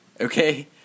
okay